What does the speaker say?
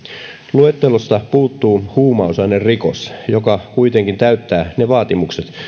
luettelosta puuttuu huumausainerikos joka kuitenkin täyttää ne vaatimukset